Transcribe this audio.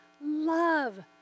Love